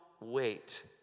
wait